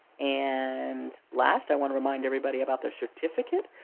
and last, i want to remind everybody about their certificate.